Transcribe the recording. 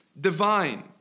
divine